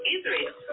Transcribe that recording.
Israel